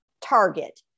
target